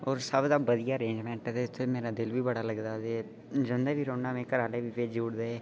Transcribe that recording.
और सब दा बधिया अरेंजमेंट ऐ ते इत्थै मेरा दिल बी बड़ा लगदा ऐ जंदा बी रौहना मीं ते घरै आह्ले बी भेजी उड़दे